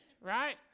right